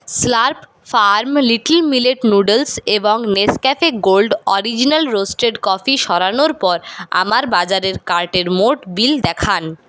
Slurrp Farm little millet noodles এবং Nescafe gold original roasted coffee সরানোর পরে আমার বাজারের কার্টের মোট বিল দেখান